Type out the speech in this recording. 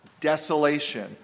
desolation